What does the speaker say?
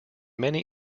many